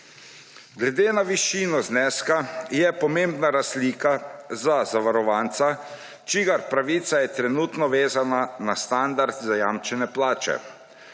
Glede na višino zneska je pomembna razlika za zavarovanca, čigar pravica je trenutno vezana na standard zajamčene plače.